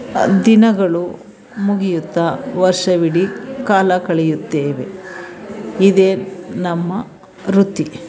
ದಿನಗಳು ಮುಗಿಯುತ್ತಾ ವರ್ಷವಿಡಿ ಕಾಲ ಕಳೆಯುತ್ತೇವೆ ಇದೇ ನಮ್ಮ ವೃತ್ತಿ